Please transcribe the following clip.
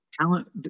Talent